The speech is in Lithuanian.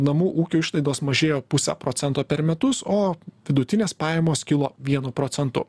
namų ūkių išlaidos mažėjo puse procento per metus o vidutinės pajamos kilo vienu procentu